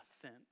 ascent